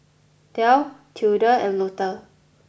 Delle Tilda and Lotta